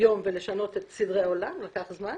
יום ולשנות סדרי עולם, זה לוקח זמן.